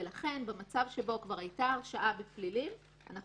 במצב שבו כבר הייתה הרשעה בפליליים זה